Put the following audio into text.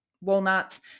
walnuts